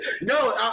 No